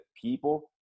people